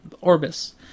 Orbis